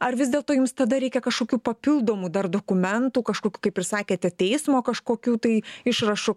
ar vis dėlto jums tada reikia kažkokių papildomų dar dokumentų kažkokių kaip ir sakėte teismo kažkokių tai išrašų